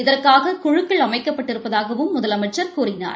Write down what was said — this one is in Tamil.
இதற்காக குழுக்கள் அமைக்கப்பட்டிருப்பதாகவும் முதலமைச்சர் கூறினார்